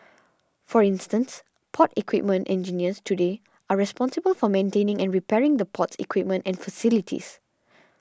for instance port equipment engineers today are responsible for maintaining and repairing the port's equipment and facilities